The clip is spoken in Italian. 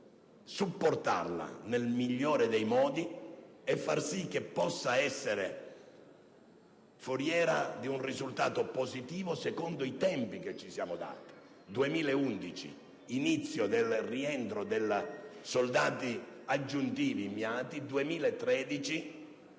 supportarla nel migliore dei modi e far sì che possa essere foriera di un risultato positivo secondo i tempi che ci siamo dati: 2011, inizio del rientro dei soldati aggiuntivi inviati; 2013,